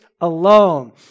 alone